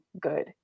good